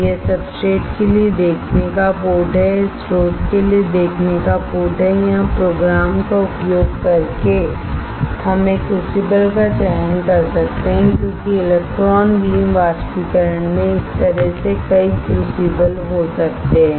यह सब्सट्रेट के लिए देखने का पोर्ट है यह स्रोत के लिए देखने का पोर्ट है यहां प्रोग्राम का उपयोग करके हम एक क्रूसिबल का चयन कर सकते हैं क्योंकि इलेक्ट्रॉन बीम वाष्पीकरण में इस तरह से कई क्रूसिबल हो सकते हैं